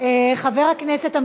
והחברות האלה,